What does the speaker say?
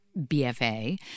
BFA